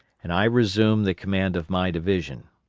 and i resumed the command of my division.